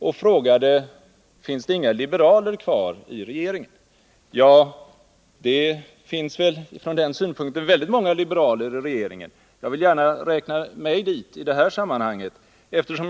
Han frågade om det inte finns några liberaler kvar i regeringen. I det här avseendet finns det väldigt många liberaler i regeringen. Själv vill jag i det här sammanhanget räkna mig till liberalerna.